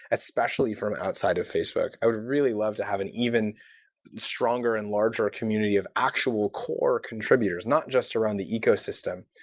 especially from outside of facebook. i would really love to have an even stronger and larger community of actual core contributors, not just around the ecosystem.